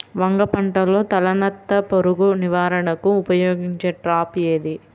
వంగ పంటలో తలనత్త పురుగు నివారణకు ఉపయోగించే ట్రాప్ ఏది?